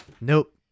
Nope